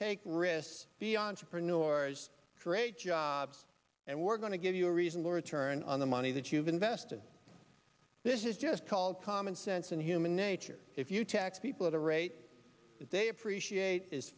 take risks be entrepreneurs create jobs and we're going to give you a reason law return on the money that you've invested this is just called common sense and human nature if you tax people at a rate that they appreciate is